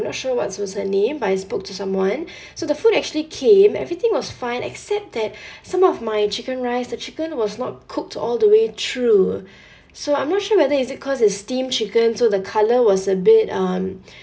not sure what was her name but I spoke to someone so the food actually came everything was fine except that some of my chicken rice the chicken was not cooked all the way through so I'm not sure whether is it cause it's steamed chickens so the colour was a bit um